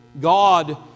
God